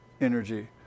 energy